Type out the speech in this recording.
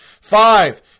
Five